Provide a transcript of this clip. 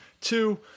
Two